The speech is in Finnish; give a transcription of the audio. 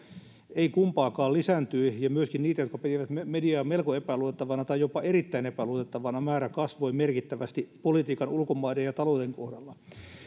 ei kumpaakaan lisääntyi ja myöskin niiden määrä jotka pitivät mediaa melko epäluotettavana tai jopa erittäin epäluotettavana kasvoi merkittävästi politiikan ulkomaiden ja talouden kohdalla